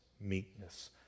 meekness